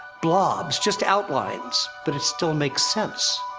blobs, just outlines, but it still makes sense.